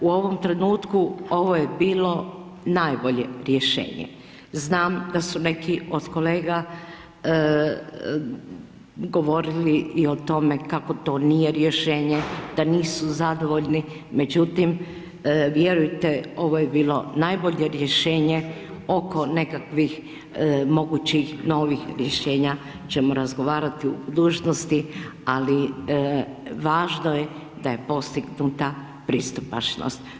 U ovom trenutku ovo je bilo najbolje rješenje, znam da su neki od kolega govorili i o tome kako to nije rješenje, da nisu zadovoljni međutim vjerujte ovo je bilo najbolje rješenje oko nekakvih mogućih novih rješenja ćemo razgovarati u budućnosti, ali važno je da je postignuta pristupačnost.